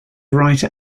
writer